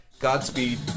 Godspeed